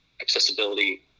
accessibility